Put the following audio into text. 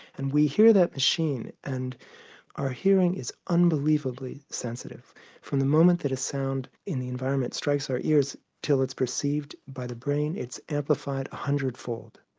and we hear that machine and our hearing is unbelievably sensitive from the moment that a sound in the environment strikes our ears till it's perceived by the brain it's amplified one hundred-fold.